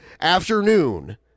afternoon